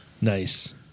nice